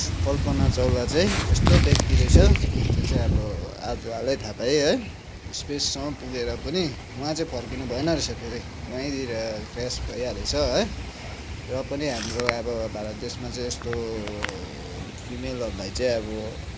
कल्पना चावला चाहिँ यस्तो व्यक्ति रहेछ त्यो चाहिँ अब आज अहिले थाहा पाएँ है स्पेससम्म पुगेर पनि उहाँ चाहिँ फर्किनु भएन रहेछ धेरै वहीँनिर क्र्यास भइहालेछ है र पनि हाम्रो अब भारत देशमा चाहिँ यस्तो फिमेलहरूमा चाहिँ अब